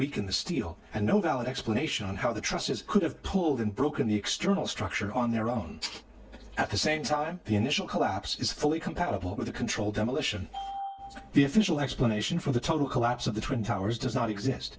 weaken the steel and no valid explanation on how the trusses could have pulled and broken the external structure on their own at the same time the initial collapse is fully compatible with a controlled demolition the official explanation for the total collapse of the twin towers does not exist